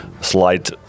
slight